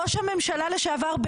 ראש הממשלה לשעבר,